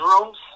rooms